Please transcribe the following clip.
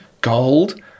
Gold